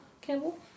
Campbell